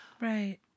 Right